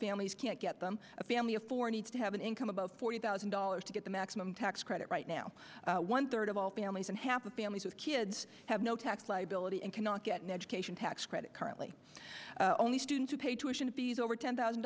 families can't get them a family of four needs to have an income above forty thousand dollars to get the maximum tax credit right now one third of all families and happy families with kids have no tax liability and cannot get an education tax credit currently only student to pay tuition fees over ten thousand